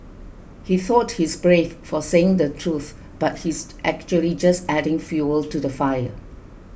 he thought he's brave for saying the truth but he's actually just adding fuel to the fire